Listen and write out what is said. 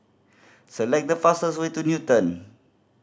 select the fastest way to Newton